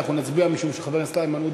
אנחנו נצביע משום שחבר הכנסת איימן עודה